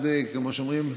כמו שאומרים,